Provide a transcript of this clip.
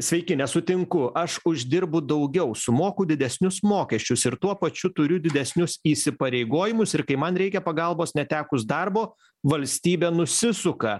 sveiki nesutinku aš uždirbu daugiau sumoku didesnius mokesčius ir tuo pačiu turiu didesnius įsipareigojimus ir kai man reikia pagalbos netekus darbo valstybė nusisuka